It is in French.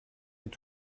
est